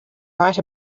right